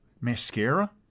Mascara